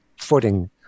footing